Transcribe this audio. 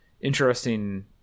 interesting